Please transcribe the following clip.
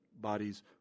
bodies